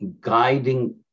guiding